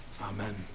Amen